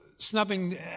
snubbing